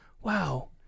wow